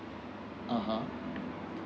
a'ah